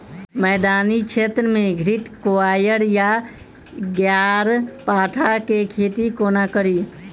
मैदानी क्षेत्र मे घृतक्वाइर वा ग्यारपाठा केँ खेती कोना कड़ी?